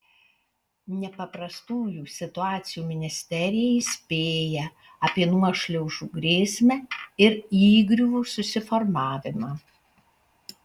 nepaprastųjų situacijų ministerija įspėja apie nuošliaužų grėsmę ir įgriuvų susiformavimą